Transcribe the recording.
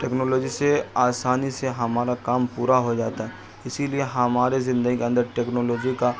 technology سے آسانی سے ہمارا کام پورا ہو جاتا ہے اسی لیے ہمارے زندگی کے اندر ٹیکنالوجی کا